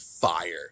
fire